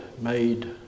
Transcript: made